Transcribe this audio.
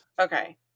Okay